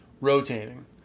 Rotating